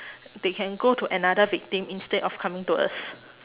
they can go to another victim instead of coming to us